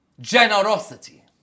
generosity